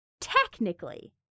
technically